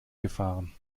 gefahren